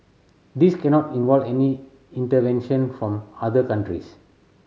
this cannot involve any intervention from other countries